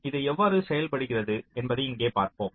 இது எவ்வாறு செயல்படுகிறது என்பதை இங்கே பார்ப்போம்